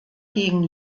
gegen